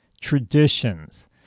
traditions